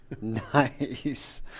Nice